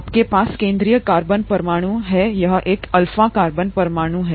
आपके पास केंद्रीय कार्बन परमाणु है यहां एक अल्फा कार्बन परमाणु है